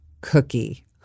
cookie